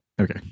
Okay